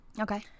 okay